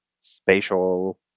spatial